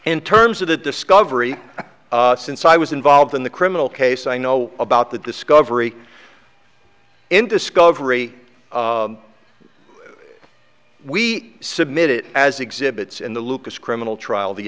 in terms of the discovery since i was involved in the criminal case i know about the discovery in discovery we submitted as exhibits in the lucas criminal trial the